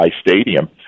Stadium